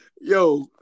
Yo